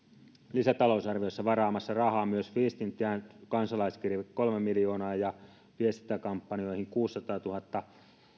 lisätalousarviossa varaamassa rahaa myös viestintään kansalaiskirjeisiin kolme miljoonaa ja viestintäkampanjoihin kuusisataatuhatta